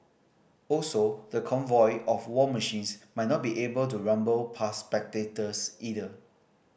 also the convoy of war machines might not be able to rumble past spectators either